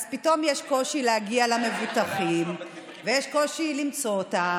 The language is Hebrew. אז פתאום יש קושי להגיע למבוטחים ויש קושי למצוא אותם.